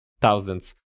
thousands